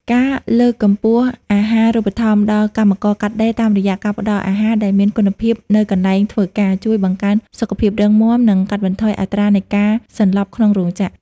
ការលើកកម្ពស់អាហារូបត្ថម្ភដល់កម្មករកាត់ដេរ តាមរយៈការផ្ដល់អាហារដែលមានគុណភាពនៅកន្លែងធ្វើការ ជួយបង្កើនសុខភាពរឹងមាំ និងកាត់បន្ថយអត្រានៃការសន្លប់ក្នុងរោងចក្រ។